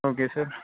okay sir